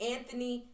Anthony